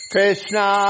Krishna